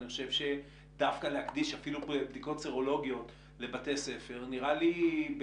אני חושב שדווקא להקדיש אפילו בדיקות סרולוגיות לבתי ספר נראה לי,